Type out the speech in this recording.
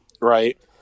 Right